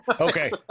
Okay